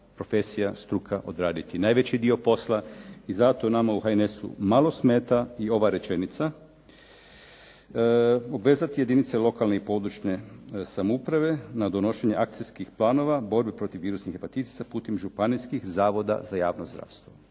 profesija, struka odraditi najveći dio posla i zato nama u HNS-u malo smeta i ova rečenica. Obvezati jedinice lokalne i područne samouprave na donošenje akcijskih planova, borbe protiv virusnih hepatitisa putem županijskih zavoda za javno zdravstvo.